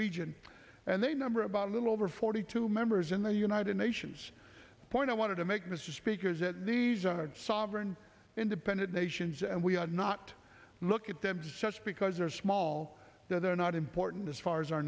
region and they number about a little over forty two members in the united nations point i want to make mr speaker is that these are sovereign independent nations and we are not look at them just because they're small they're not important as far as our